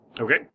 Okay